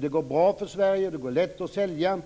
Det går bra för Sverige och det går lätt att sälja,